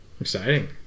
Exciting